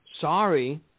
Sorry